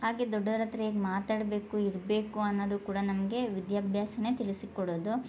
ಹಾಗೆ ದೊಡ್ಡವ್ರು ಹತ್ರ ಹೇಗೆ ಮಾತಾಡಬೇಕು ಇರಬೇಕು ಅನ್ನೋದು ಕೂಡ ನಮಗೆ ವಿದ್ಯಾಭ್ಯಾಸನೇ ತಿಳಿಸಿ ಕೊಡೋದು